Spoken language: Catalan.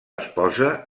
esposa